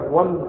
one